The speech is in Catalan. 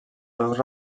seus